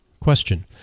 Question